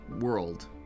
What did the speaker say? world